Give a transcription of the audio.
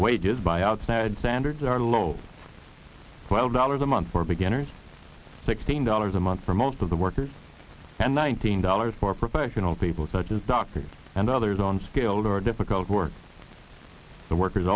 wages buyouts nad standards are low twelve dollars a month for beginners sixteen dollars a month for most of the workers and one thousand dollars for professional people such as doctors and others on skilled or difficult work the workers